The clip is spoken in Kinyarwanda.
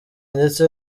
ndetse